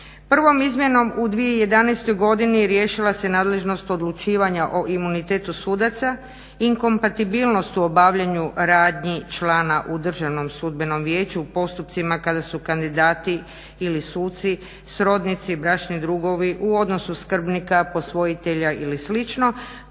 Prvom izmjenom u 2011.godini riješila se nadležnost odlučivanja o imunitetu sudaca, inkompatibilnost u obavljanju radnji člana u Državnom sudbenom vijeću u postupcima kada su kandidati ili suci srodnici, bračni drugovi u odnosu skrbnika posvojitelja ili